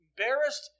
embarrassed